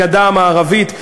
הגדה המערבית,